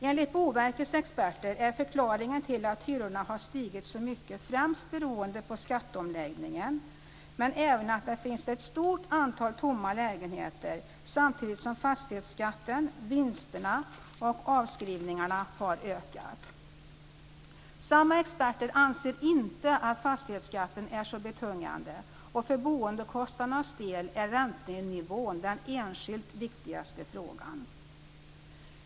Enligt Boverkets experter är förklaringen till att hyrorna har stigit så mycket främst skatteomläggningen men även att det finns ett stort antal tomma lägenheter samtidigt som fastighetsskatten, vinsterna och avskrivningarna har ökat. Samma experter anser inte att fastighetsskatten är så betungande, och för boendekostnadernas del är räntenivån den enskilt viktigaste frågan.